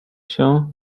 się